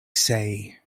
say